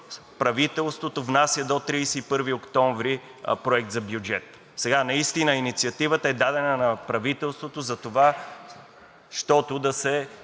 правителството внася до 31 октомври проект за бюджет. Сега инициативата е дадена на правителството затова да се